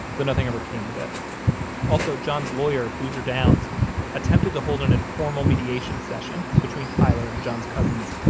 though nothing ever came of it also, john's lawyer boozer downs attempted to hold an informal mediation session between tyler and john's cousins,